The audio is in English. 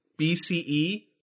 BCE